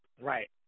Right